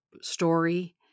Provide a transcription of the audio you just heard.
story